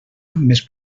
més